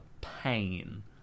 pain